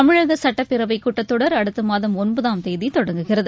தமிழக சுட்டப்பேரவை கூட்டத்தொடர் அடுத்த மாதம் ஒன்பதாம் தேதி தொடங்குகிறது